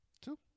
two